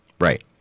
right